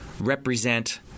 represent